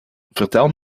vertel